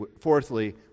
fourthly